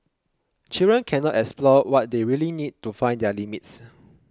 children cannot explore what they really need to find their limits